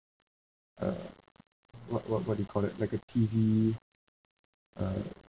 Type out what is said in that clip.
uh what what what do you call that like a T_V uh